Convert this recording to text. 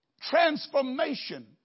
Transformation